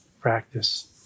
practice